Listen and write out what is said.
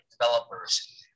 developers